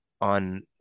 on